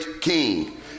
king